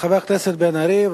חבר הכנסת מיכאל בן-ארי,